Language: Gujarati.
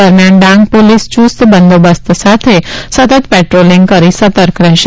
દરમિયાન ડાંગ પોલીસ યુસ્ત બંદોબસ્ત સાથે સતત પેટ્રોલીંગ કરી સતર્ક રહેશે